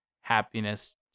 happiness